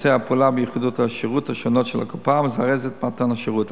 דפוסי הפעולה ביחידות השירות השונות של הקופה ומזרז את מתן השירות.